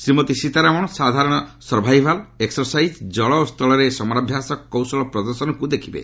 ଶ୍ରୀମତୀ ସୀତାରମଣ ସାଧାରଣ survival exercise ଜଳ ଓ ସ୍ଥଳରେ ସମରାଭ୍ୟାସ କୌଶଳ ପ୍ରଦର୍ଶନକୁ ଦେଖିବେ